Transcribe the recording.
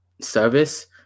service